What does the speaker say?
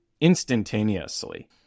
instantaneously